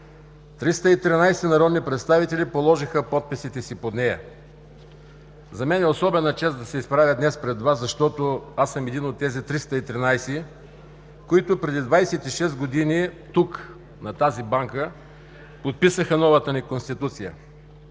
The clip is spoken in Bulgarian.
народни представители положиха подписите си под нея. За мен е особена чест да се изправя днес пред Вас, защото аз съм един от тези 313, които преди 26 години тук, на тази банка, подписаха новата ни Конституция.